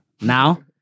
now